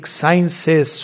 sciences